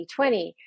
2020